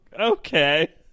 Okay